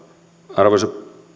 arvoisa